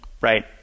right